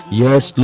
yes